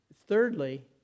thirdly